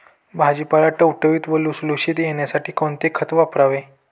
भाजीपाला टवटवीत व लुसलुशीत येण्यासाठी कोणते खत वापरावे?